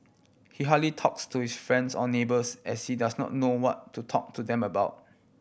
he hardly talks to his friends or neighbours as she does not know what to talk to them about